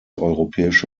europäische